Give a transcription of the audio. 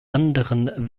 anderen